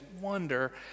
wonder